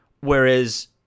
Whereas